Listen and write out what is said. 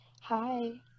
Hi